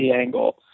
angle